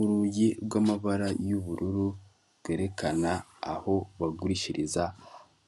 Urugi rw'amabara y'ubururu rwerekana aho bagurishiriza